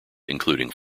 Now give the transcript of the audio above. including